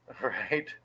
Right